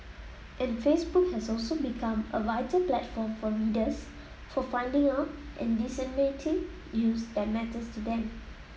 and Facebook has also become a vital platform for readers for finding out and disseminating news that matters to them